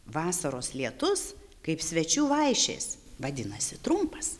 vasaros lietus kaip svečių vaišės vadinasi trumpas